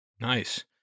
Nice